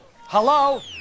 Hello